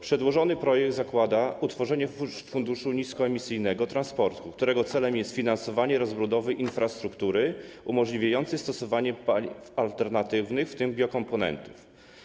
Przedłożony projekt zakłada utworzenie Funduszu Niskoemisyjnego Transportu, którego celem jest finansowanie rozbudowy infrastruktury umożliwiającej stosowanie paliw alternatywnych, w tym biokomponentów.